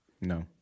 No